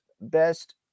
best